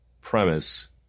premise